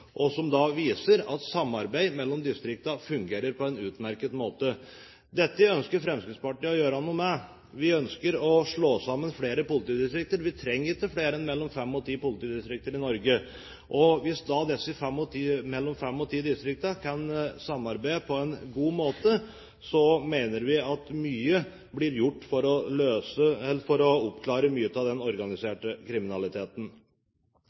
en utmerket måte. Dette ønsker Fremskrittspartiet å gjøre noe med. Vi ønsker å slå sammen flere politidistrikter, vi trenger ikke flere enn mellom fem og ti politidistrikter i Norge. Hvis disse mellom fem og ti distriktene kan samarbeide på en god måte, mener vi at mye blir gjort for å oppklare mye av den organiserte kriminaliteten.